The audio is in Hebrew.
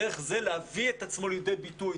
ודרך זה להביא את עצמו לידי ביטוי,